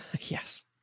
Yes